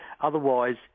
otherwise